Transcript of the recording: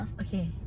Okay